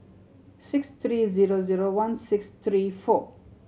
six three zero zero one six three four